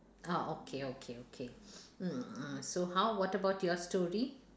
ah okay okay okay so how what about your story